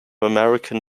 american